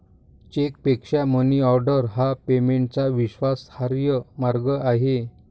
चेकपेक्षा मनीऑर्डर हा पेमेंटचा विश्वासार्ह मार्ग आहे